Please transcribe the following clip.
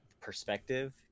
perspective